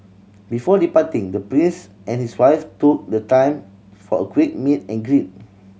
before departing the Prince and his wife took the time for a quick meet and greet